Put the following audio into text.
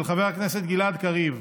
של חבר הכנסת גלעד קריב,